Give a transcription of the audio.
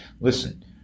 listen